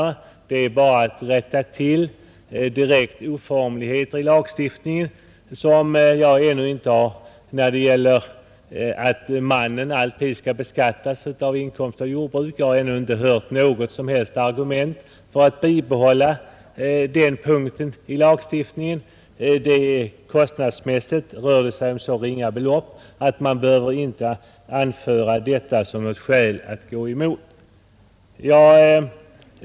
Reservanterna avser bara att rätta till direkta oformligheter i lagstiftningen — jag har ännu inte hört något argument för att bibehålla bestämmelsen att mannen alltid skall beskattas för inkomst av jordbruk. Kostnadsmässigt rör det sig om så ringa belopp att man inte bör anföra detta som skäl för att gå emot.